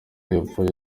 yapfuye